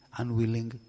unwilling